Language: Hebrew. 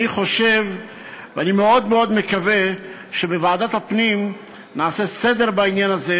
אני מאוד מאוד מקווה שבוועדת הפנים נעשה סדר בעניין הזה.